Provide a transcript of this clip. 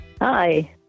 Hi